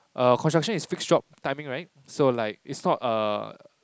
err construction is fixed job timing right so like it's not err